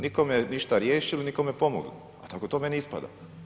Nikome ništa riješili, nikome pomogli, pa tako to meni ispada.